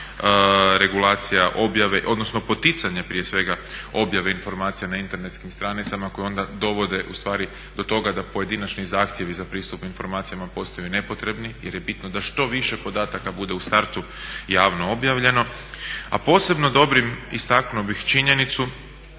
regulacija objave, odnosno poticanje prije svega objave informacijama na internetskim stranicama koje onda dovode ustvari do toga da pojedinačni zahtjevi za pristup informacijama postaju i nepotrebni jer je bitno da što više podataka bude u startu javno objavljeno. A posebno dobrim istaknuo bih činjenicu